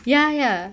ya ya